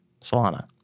Solana